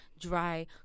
dry